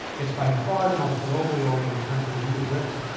it's by far the most globally oriented country in the eu, britain.